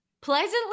pleasantly